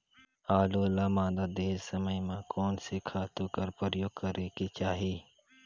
आलू ल मादा देहे समय म कोन से खातु कर प्रयोग करेके चाही?